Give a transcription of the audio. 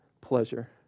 pleasure